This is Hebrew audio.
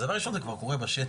אז דבר ראשון, זה כבר קורה בשטח.